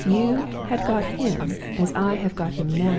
and if you had got him as i have got him now,